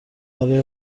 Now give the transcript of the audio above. برای